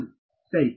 ಹೌದು ಸರಿ